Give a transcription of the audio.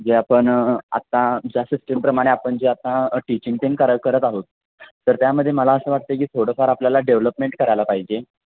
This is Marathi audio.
जे आपण आत्ता ज्या सिस्टीमप्रमाणे आपण जे आता टिचिंग त्यानं करा करत आहोत तर त्यामध्ये मला असं वाटतं की थोडंफार आपल्याला डेव्हलपमेंट करायला पाहिजे